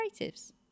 Creatives